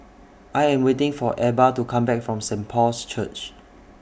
I Am waiting For Ebba to Come Back from Saint Paul's Church